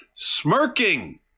smirking